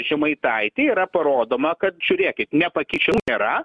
žemaitaitį yra parodoma kad žiūrėkit nepakeičiamų nėra